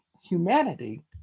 humanity